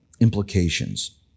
implications